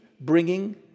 bringing